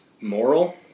moral